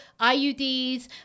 IUDs